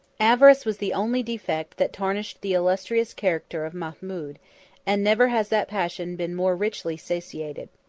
avarice was the only defect that tarnished the illustrious character of mahmud and never has that passion been more richly satiated.